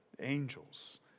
Angels